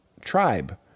tribe